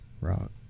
rock